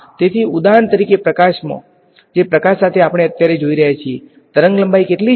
તેથી ઉદાહરણ તરીકે પ્રકાશમાં જે પ્રકાશ સાથે આપણે અત્યારે જોઈ રહ્યા છીએ તરંગલંબાઈ કેટલી છે